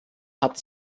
hat